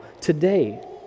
today